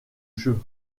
jeu